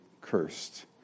cursed